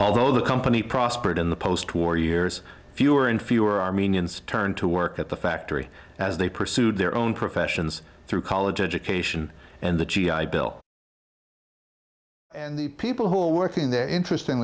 all the company prospered in the post war years fewer and fewer armenians turned to work at the factory as they pursued their own professions through college education and the g i bill and the people who are working there interesting